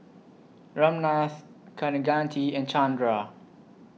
Ramnath Kaneganti and Chandra